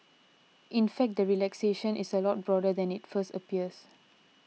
in fact the relaxation is a lot broader than it first appears